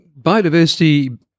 biodiversity